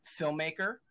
filmmaker